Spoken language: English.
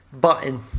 button